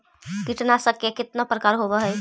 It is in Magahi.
कीटनाशक के कितना प्रकार होव हइ?